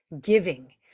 giving